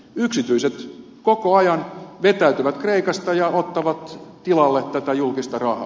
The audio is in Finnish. yksityiset koko ajan vetäytyvät kreikasta ja ottavat tilalle tätä julkista rahaa